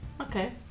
Okay